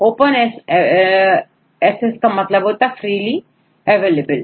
open access का मतलब होता है फ्रिली लेबल